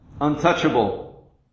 untouchable